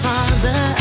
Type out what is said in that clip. Father